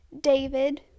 David